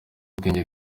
ubwenge